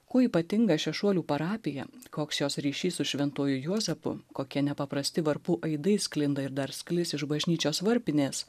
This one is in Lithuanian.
kuo ypatinga šešuolių parapija koks jos ryšys su šventuoju juozapu kokie nepaprasti varpų aidai sklinda ir dar sklis iš bažnyčios varpinės